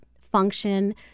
function